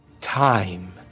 Time